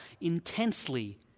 intensely